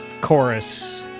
chorus